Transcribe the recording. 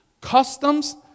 customs